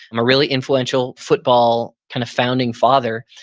a really influential football kind of founding father,